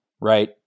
right